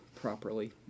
properly